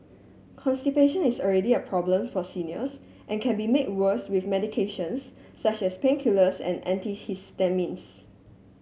constipation is already a problem for seniors and can be made worse with medications such as painkillers and antihistamines